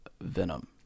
venom